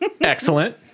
Excellent